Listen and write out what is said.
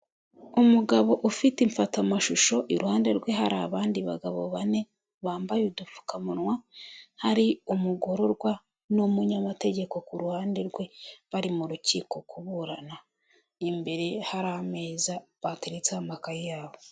Umugabo ufite mfatamashusho, iruhande rwe hari abandi bagabo bane bambaye udupfukamunwa, hari umugororwa, n'umunyamategeko ku ruhande rwe, bari mu rukiko kuburana. Imbere hari ameza bateretse amakayi yabo.